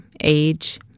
age